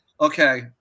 okay